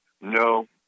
no